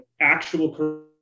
actual